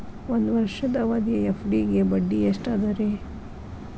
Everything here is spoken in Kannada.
ಒಂದ್ ವರ್ಷದ ಅವಧಿಯ ಎಫ್.ಡಿ ಗೆ ಬಡ್ಡಿ ಎಷ್ಟ ಅದ ರೇ?